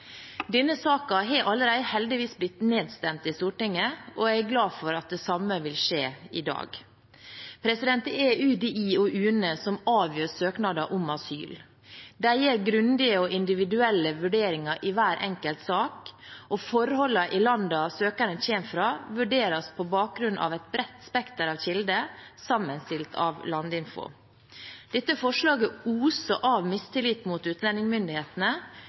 Denne saken har heldigvis allerede blitt nedstemt i Stortinget, og jeg er glad for at det samme vil skje i dag. Det er UDI og UNE som avgjør søknader om asyl. De gjør grundige og individuelle vurderinger i hver enkelt sak, og forholdene i landet søkeren kommer fra, vurderes på bakgrunn av et bredt spekter av kilder, sammenstilt av Landinfo. Dette forslaget oser av mistillit mot utlendingsmyndighetene,